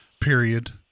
period